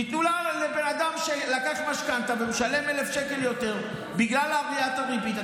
תיתנו לבן אדם שלקח משכנתה ומשלם 1,000 שקל יותר בגלל עליית הריבית.